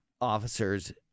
officers